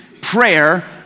prayer